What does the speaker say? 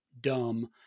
dumb